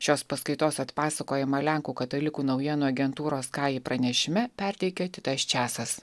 šios paskaitos atpasakojimą lenkų katalikų naujienų agentūros kaji pranešime perteikia titas česas